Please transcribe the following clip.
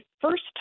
first